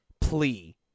plea